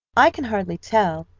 i can hardly tell,